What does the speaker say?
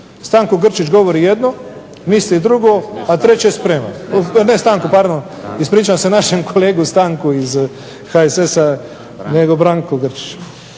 Stanko Grčić govori jedno, misli drugo, a treće sprema. Ne Stanko, pardon. Ispričavam se našem kolegi Stanku iz HSS-a nego Branko Grčiću.